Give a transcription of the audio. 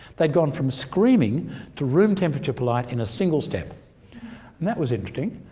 they'd gone from screaming to room-temperature polite in a single step. and that was interesting.